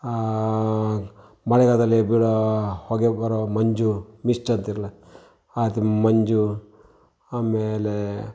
ಆ ಮಳೆಗಾಲದಲ್ಲಿ ಬೀಳೋ ಹೊಗೆಗೆ ಬರೋ ಮಂಜು ಮಿಷ್ಟ್ ಅಂತೀರಲ್ಲ ಅದ ಮಂಜು ಆಮೇಲೆ